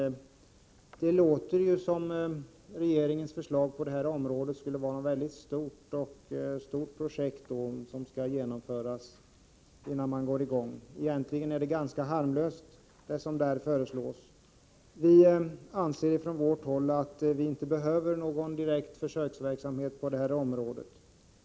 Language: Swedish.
Men det låter ju som om regeringens förslag på detta område skulle gälla ett mycket stort projekt som skall genomföras innan man kommer i gång. Det som regeringen föreslår är egentligen någonting ganska harmlöst. Vi från vårt håll anser att man inte behöver någon direkt försöksverksamhet på detta område.